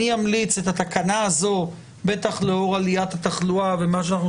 אני אמליץ שאת התקנה הזאת בטח לאור עליית התחלואה ומה שאנחנו